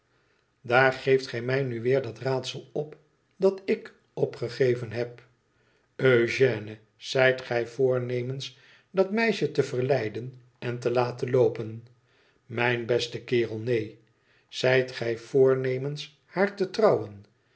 daar geeft gij mij nu weer dat laadsel op dat ik opgegeven heb eugène zijt gij voornemens dat meisje te verleiden en te laten loopen mijn beste kerel neen zijt gij voornemens haar te trouwen